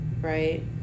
right